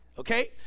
okay